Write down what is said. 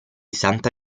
santa